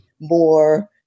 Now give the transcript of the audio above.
more